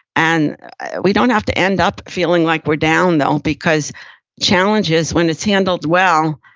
and we don't have to end up feeling like we're down though, because challenges when it's handled well,